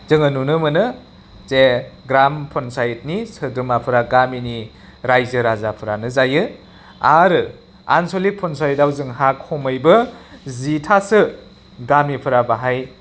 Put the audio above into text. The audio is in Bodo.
जोङो नुनो मोनो जे ग्राम पन्सायतनि सोद्रोमाफोरा गामिनि राइजो राजाफोरानो जायो आरो आन्सलिक पन्सायतआव जोंहा खमैबो जिथासो गामिफोरा बेवहाय